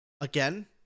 Again